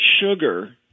sugar